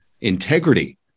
integrity